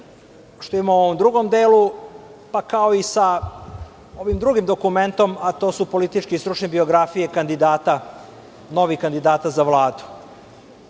što ima u ovom drugom delu, pa kao i sa onim drugim dokumentom, a to su političke i stručne biografije novih kandidata za Vladu. Što